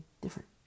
Different